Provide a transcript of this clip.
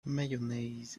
mayonnaise